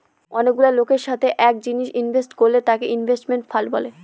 অনেকগুলা লোকের সাথে এক জিনিসে ইনভেস্ট করলে তাকে ইনভেস্টমেন্ট ফান্ড বলে